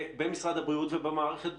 במשרד הבריאות ובמערכת בכלל?